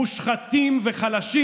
מושחתים וחלשים,